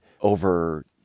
over